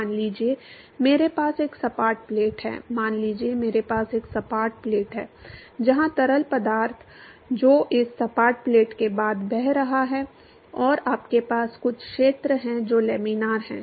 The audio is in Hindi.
मान लीजिए मेरे पास एक सपाट प्लेट है मान लीजिए मेरे पास एक सपाट प्लेट है जहां तरल पदार्थ जो इस सपाट प्लेट के बाद बह रहा है और आपके पास कुछ क्षेत्र है जो लैमिनार है